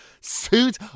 suit